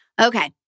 Okay